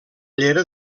llera